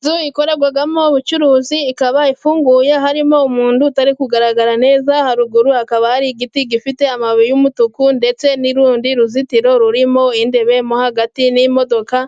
Inzu ikorerwamo ubucuruzi, ikaba ifunguye harimo umuntu utari kugaragara neza. Haruguru hakaba hari igiti gifite amababi y'umutuku ndetse n'urundi ruzitiro rurimo imbere mo hagati, n'imodoka